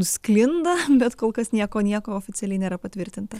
sklinda bet kol kas nieko nieko oficialiai nėra patvirtinta